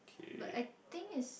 but I think is